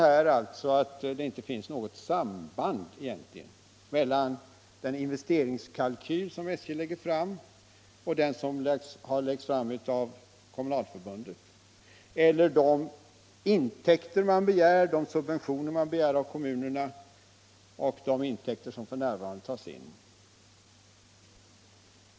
Vi finner alltså att det inte föreligger något samband mellan den investeringskalkyl som SJ lägger fram och den som lagts fram av Kommunalförbundet, och inte heller mellan de subventioner SJ begär av kommunerna och de intäkter som man f.n. tar in.